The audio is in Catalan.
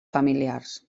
familiars